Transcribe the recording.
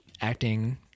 acting